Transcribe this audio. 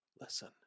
Listen